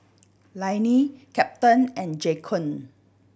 Lainey Captain and Jaquan